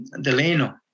Delano